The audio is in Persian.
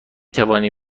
توانی